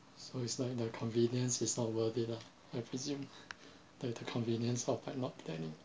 so it's not the convenience is not worth it lah I presume that the convenience of like not planning